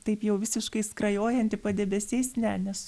taip jau visiškai skrajojanti padebesiais ne nesu